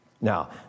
Now